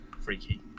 Freaky